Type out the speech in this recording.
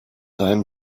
down